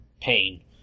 Pain